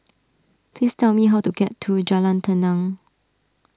please tell me how to get to Jalan Tenang